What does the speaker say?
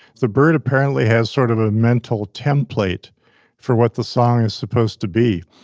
the bird apparently has sort of a mental template for what the song is supposed to be,